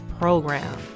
Program